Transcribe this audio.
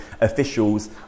officials